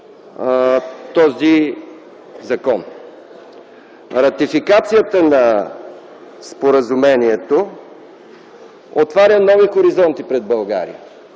този закон. Ратификацията на споразумението отваря нови хоризонти пред България